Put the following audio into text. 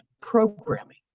programming